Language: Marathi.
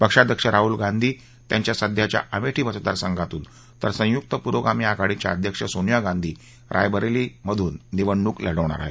पक्षाध्यक्ष राहुल गांधी त्यांच्या सध्याच्या अमेठी मतदारसंघातून तर संयुक्त पुरोगामी आघाडीच्या अध्यक्ष सोनिया गांधी रायबरेलीतून निवडणूक लढवणार आहेत